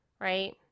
right